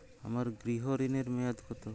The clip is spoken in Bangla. আমার গৃহ ঋণের মেয়াদ কত?